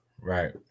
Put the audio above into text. Right